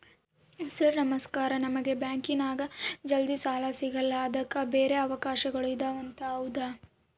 Sir ನಮಸ್ಕಾರ ನಮಗೆ ಬ್ಯಾಂಕಿನ್ಯಾಗ ಜಲ್ದಿ ಸಾಲ ಸಿಗಲ್ಲ ಅದಕ್ಕ ಬ್ಯಾರೆ ಅವಕಾಶಗಳು ಇದವಂತ ಹೌದಾ?